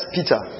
Peter